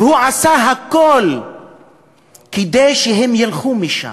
והוא עשה הכול כדי שהם ילכו משם,